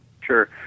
Sure